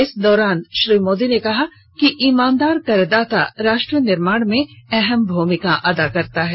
इस दौरान श्री मोदी ने कहा कि ईमानदार करदाता राष्ट्र निर्माण में अहम भूमिका अदा करता है